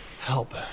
Help